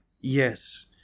Yes